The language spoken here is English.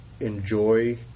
enjoy